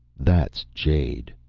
that's jade!